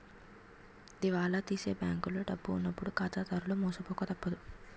దివాలా తీసే బ్యాంకులో డబ్బు ఉన్నప్పుడు ఖాతాదారులు మోసపోక తప్పదు